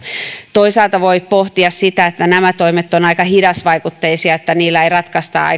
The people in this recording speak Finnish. toisaalta voi pohtia sitä että nämä toimet ovat aika hidasvaikutteisia niillä ei ratkaista